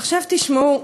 עכשיו תשמעו,